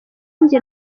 njye